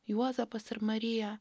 juozapas ir marija